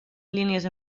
línies